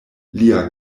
lia